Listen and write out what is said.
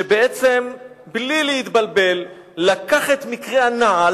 שבעצם בלי להתבלבל לקח את מקרה הנעל